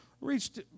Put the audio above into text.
reached